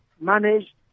managed